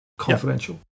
confidential